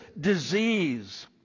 disease